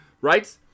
Right